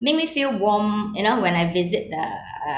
make me feel warm you know when I visit the